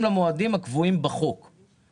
לרואות סעיף 7 לחוק הסדר ההימורים בספורט,